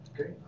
Okay